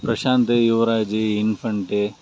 Prashanth Yuvraj infant